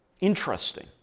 Interesting